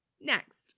next